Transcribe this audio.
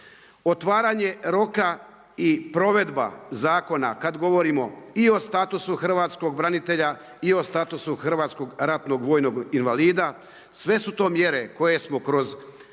Otvaranje roka i provedba zakona kad govorimo i o statusu hrvatskog branitelja i o statusu hrvatskog ratnog vojnog invalida, sve su to mjere koje smo kroz